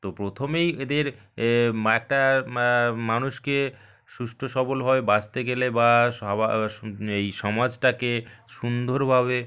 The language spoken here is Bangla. তো প্রথমেই এদের একটা মানুষকে সুস্থ সবলভাবে বাঁচতে গেলে বা এই সমাজটাকে সুন্দরভাবে